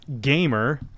Gamer